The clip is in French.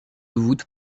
voûte